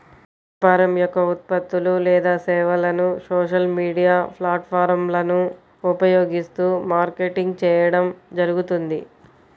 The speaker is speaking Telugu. వ్యాపారం యొక్క ఉత్పత్తులు లేదా సేవలను సోషల్ మీడియా ప్లాట్ఫారమ్లను ఉపయోగిస్తూ మార్కెటింగ్ చేయడం జరుగుతుంది